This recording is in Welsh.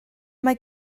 mae